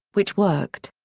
which worked.